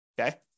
Okay